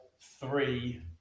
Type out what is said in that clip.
three